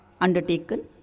undertaken